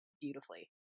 beautifully